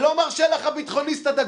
ולא מר שלח הביטחוניסט הדגול,